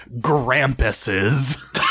Grampuses